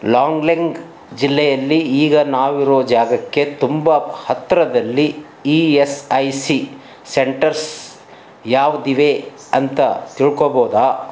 long ಲೆಂಗ್ ಜಿಲ್ಲೆಯಲ್ಲಿ ಈಗ ನಾವಿರೋ ಜಾಗಕ್ಕೆ ತುಂಬ ಹತ್ತಿರದಲ್ಲಿ E S I C centers ಯಾವ್ದಿವೆ ಅಂತ ತಿಳ್ಕೊಳ್ಬೋದಾ